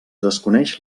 desconeix